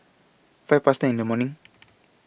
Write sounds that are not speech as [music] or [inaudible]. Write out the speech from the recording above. five Past ten in The morning [noise]